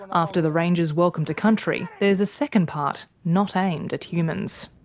and after the rangers' welcome to country, there is a second part, not aimed at humans.